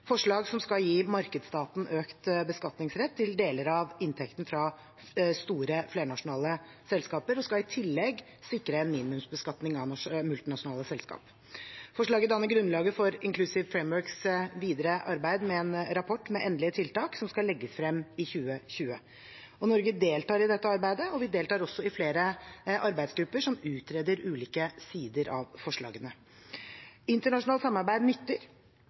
forslag som skal gi markedsstaten økt beskatningsrett til deler av inntekten fra store flernasjonale selskaper, og som i tillegg skal sikre en minimumsbeskatning av multinasjonale selskap. Forslagene danner grunnlag for Inclusive Frameworks videre arbeid med en rapport med endelige tiltak som skal legges frem i 2020. Norge deltar i dette arbeidet, og vi deltar også i flere arbeidsgrupper som utreder ulike sider av forslagene. Internasjonalt samarbeid nytter.